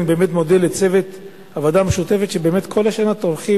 אני באמת מודה לצוות הוועדה המשותפת שבאמת כל השנה טורחים